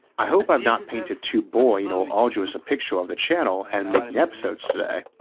i hope i have not painted too boring or arduous a picture of the channel and making episodes today,